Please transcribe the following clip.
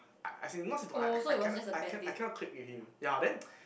I as in not say don't like I I I cannot I can I cannot click with him ya then